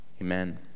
amen